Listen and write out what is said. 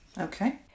Okay